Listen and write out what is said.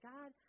God